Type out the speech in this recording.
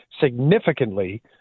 significantly